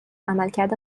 عملکرد